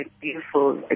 beautiful